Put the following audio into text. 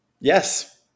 Yes